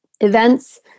events